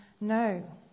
No